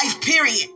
period